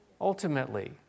ultimately